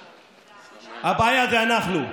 הבעיה זה אנחנו.